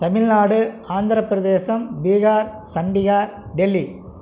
Tamil Nadu Andhra Pradesh Bihar Chandigarh Delhi